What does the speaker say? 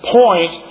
point